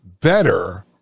better